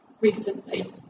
recently